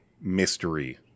mystery